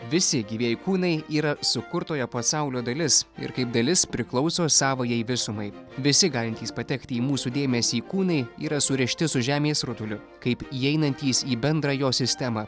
visi gyvieji kūnai yra sukurtojo pasaulio dalis ir kaip dalis priklauso savajai visumai visi galintys patekti į mūsų dėmesį kūnai yra surišti su žemės rutuliu kaip įeinantys į bendrą jo sistemą